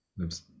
Oops